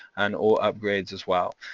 and all upgrades as well,